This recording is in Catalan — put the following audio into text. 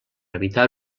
evitar